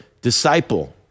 disciple